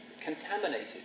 contaminated